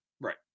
Right